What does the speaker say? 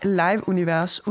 live-univers